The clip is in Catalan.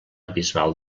bisbal